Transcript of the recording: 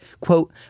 quote